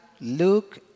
Luke